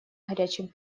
горячем